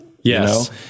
Yes